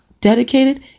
dedicated